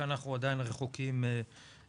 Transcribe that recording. כאן אנחנו עדיין רחוקים מהסכמות.